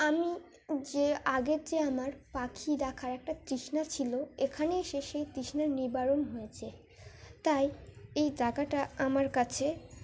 আমি যে আগের যে আমার পাখি দেখার একটা তৃষ্ণা ছিল এখানে এসে সেই তৃষ্ণা নিবারণ হয়েছে তাই এই জায়গাটা আমার কাছে